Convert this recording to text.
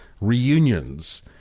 reunions